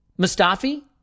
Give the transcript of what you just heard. Mustafi